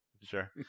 Sure